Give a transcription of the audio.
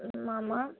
ஆமாம் ஆமாம்